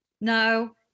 No